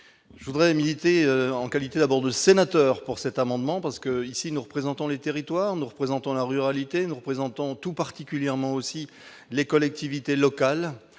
je voudrais militer en qualité d'abord de sénateurs pour cet amendement parce que, ici, nous représentons les territoires, nous représentons la ruralité nous représentons tout particulièrement aussi les collectivités locales